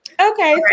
Okay